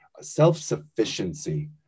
self-sufficiency